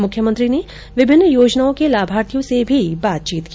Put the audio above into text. मुख्यमंत्री ने विभिन्न योजनाओं के लाभार्थियों से भी बातचीत की